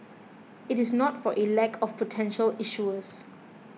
it is not for a lack of potential issuers